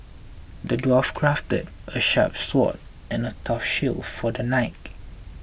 the dwarf crafted a sharp sword and a tough shield for the knight